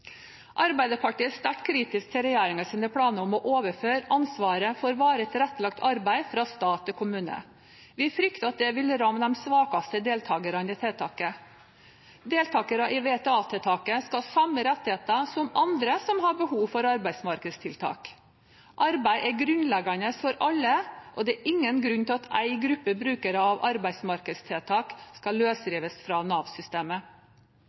Arbeiderpartiet er sterkt kritisk til regjeringens planer om å overføre ansvaret for varig tilrettelagt arbeid fra stat til kommune. Vi frykter at det vil ramme de svakeste deltakerne i tiltaket. Deltakere i VTA-tiltaket skal ha samme rettigheter som andre som har behov for arbeidsmarkedstiltak. Arbeid er grunnleggende for alle, og det er ingen grunn til at en gruppe brukere av arbeidsmarkedstiltak skal løsrives fra